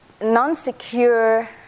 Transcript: non-secure